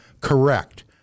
correct